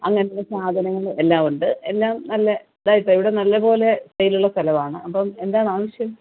അങ്ങനത്തെ സാധനങ്ങൾ എല്ലാമുണ്ട് എല്ലാം നല്ല ഇതായിട്ട് ഇവിടെ നല്ലപോലെ സെയിലുള്ള സ്ഥലമാണ് അപ്പോൾ എന്താണ് അവശ്യം